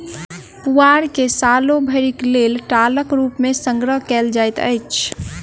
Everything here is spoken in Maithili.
पुआर के सालो भरिक लेल टालक रूप मे संग्रह कयल जाइत अछि